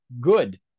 good